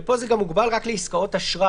פה זה גם הוגבל רק לעסקאות אשראי.